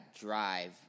drive